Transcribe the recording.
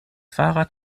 fahrrad